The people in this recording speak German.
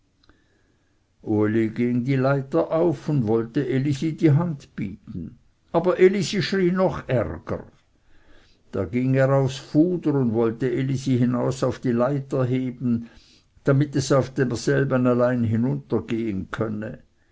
die leiter auf und wollte elisi die hand bieten aber elisi schrie noch ärger da ging er aufs fuder und wollte elisi hin aus auf die leiter heben damit es auf derselben allein hinuntergehen könne